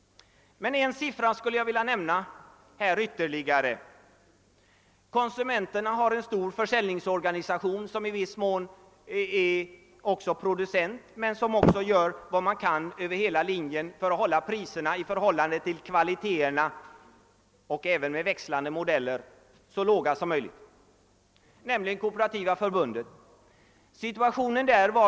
Men en siffra skulle jag vilja nämna här ytterligare. Konsumenterna har en stor försäljningsorganisation, som i viss mån också är producent och som över hela linjen gör vad man kan för att hålla priserna i förhållande till kvaliteterna och även i fråga om växlande modeller så låga som möjligt, nämligen kooperationen.